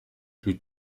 plus